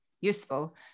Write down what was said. useful